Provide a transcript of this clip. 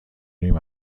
نیم